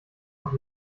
noch